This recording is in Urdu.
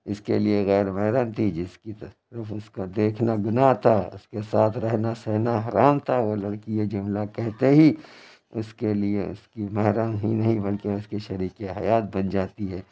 اس کے لیے غیر محرم تھی جس کی طرف اس کا دیکھنا گناہ تھا اس کے ساتھ رہنا سہنا حرام تھا وہ لڑکی یہ جملہ کہتے ہی اس کے لیے اس کی محرم ہی نہیں بلکہ اس کی شریک حیات بن جاتی ہے